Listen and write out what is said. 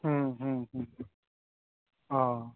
अ